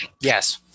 Yes